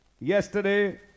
Yesterday